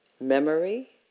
memory